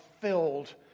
filled